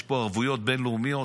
יש פה ערבויות בין-לאומיות,